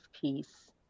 peace